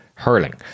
hurling